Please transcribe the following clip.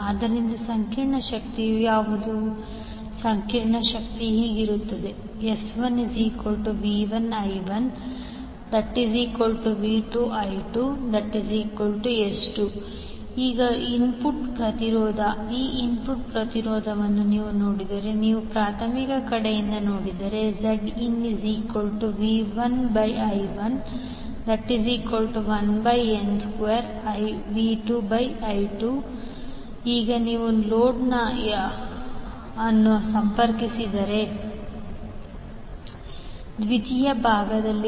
ಆದ್ದರಿಂದ ಸಂಕೀರ್ಣ ಶಕ್ತಿ ಯಾವುದು ಸಂಕೀರ್ಣ ಶಕ್ತಿ ಇರುತ್ತದೆ S1V1I1V2nnI2V2I2S2 ಈಗ ಇನ್ಪುಟ್ ಪ್ರತಿರೋಧ ಆ ಇನ್ಪುಟ್ ಪ್ರತಿರೋಧವನ್ನು ನೀವು ನೋಡಿದರೆ ನೀವು ಪ್ರಾಥಮಿಕ ಕಡೆಯಿಂದ ನೋಡಿದರೆ ZinV1I11n2V2I2 ಈಗ ನೀವು ಲೋಡ್ ಅನ್ನು ಸಂಪರ್ಕಿಸಿದರೆ ದ್ವಿತೀಯ ಭಾಗದಲ್ಲಿ